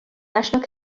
national